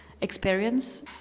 experience